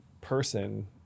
person